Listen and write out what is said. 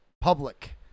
public